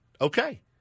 Okay